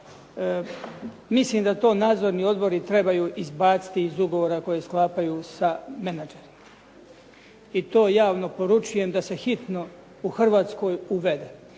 Mislim da to nadzorni odbori trebaju izbaciti iz ugovora koje sklapaju sa menadžerima i to javno poručujem da se hitno u Hrvatskoj uvede